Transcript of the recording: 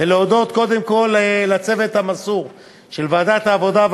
ולהודות קודם כול לצוות המסור של ועדת העבודה,